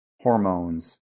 hormones